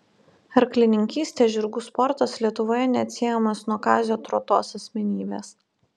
arklininkystė žirgų sportas lietuvoje neatsiejamas nuo kazio trotos asmenybės